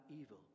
evil